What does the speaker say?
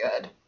good